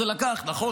נכון,